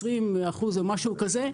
20% או משהו כזה,